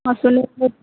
फिर